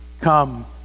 come